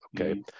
okay